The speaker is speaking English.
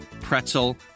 pretzel